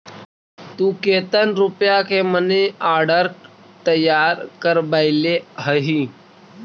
तु केतन रुपया के मनी आर्डर तैयार करवैले हहिं?